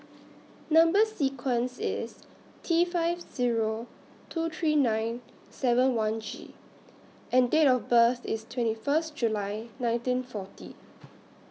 Number sequence IS T five Zero two three nine seven one G and Date of birth IS twenty First July nineteen forty